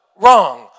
wrong